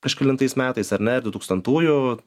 kažkelintais metais ar ne du tūkstantųjų